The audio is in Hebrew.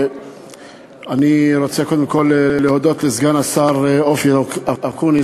אני רוצה קודם כול להודות לסגן השר אופיר אקוניס